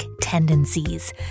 tendencies